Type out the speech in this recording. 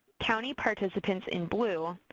county participants in blue,